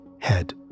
head